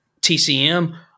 TCM